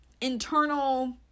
internal